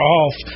off